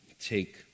take